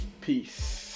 Peace